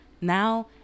now